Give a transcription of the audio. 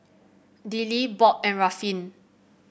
Dillie Bob and Ruffin